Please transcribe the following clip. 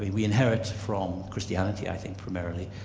we we inherit from christianity i think primarily,